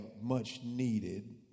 much-needed